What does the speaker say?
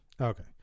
Okay